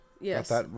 Yes